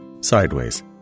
Sideways